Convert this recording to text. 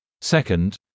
Second